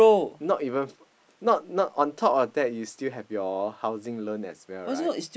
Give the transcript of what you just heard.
not even not not on top of that you still have your housing loan as well right